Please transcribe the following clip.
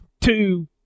two